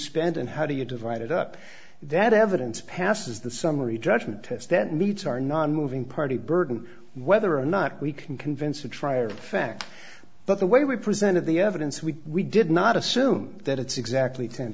spend and how do you divide it up that evidence passes the summary judgment test that meets our nonmoving party burden whether or not we can convince a try or fact but the way we presented the evidence we we did not assume that it's exactly ten